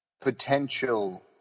potential